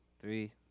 three